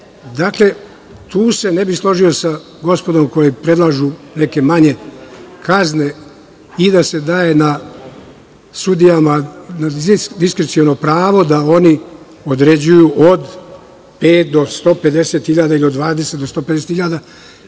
prekršaje. Tu se ne bih složio sa gospodom koja predlažu neke manje kazne i da se daje sudijama diskreciono pravo da oni određuju od 5.000 do 150.000 ili od 20.000 do 150.000